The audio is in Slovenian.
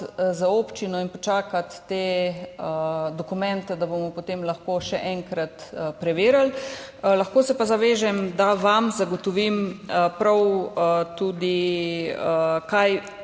z občino in počakati te dokumente, da bomo potem lahko še enkrat preverili. Lahko se pa zavežem, da vam zagotovim prav tudi, kaj